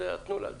תנו לה לדבר.